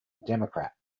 democrat